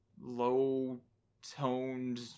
low-toned